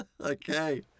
Okay